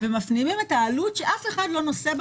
ומפנימים את העלות שאף אחד לא נושא בה